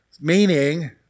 meaning